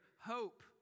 hope